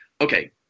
okay